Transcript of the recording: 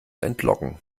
entlocken